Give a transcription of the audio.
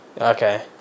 Okay